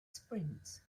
sprints